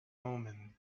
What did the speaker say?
omen